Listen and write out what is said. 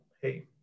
hey